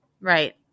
Right